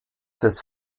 des